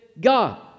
God